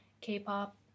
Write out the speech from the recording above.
K-pop